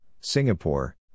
Singapore